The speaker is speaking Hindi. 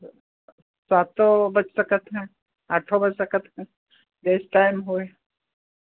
सातो बज सकत है आठो बज सकत है जेस टाइम होय